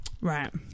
Right